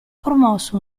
promosso